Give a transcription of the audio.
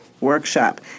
workshop